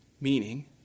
Meaning